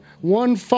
one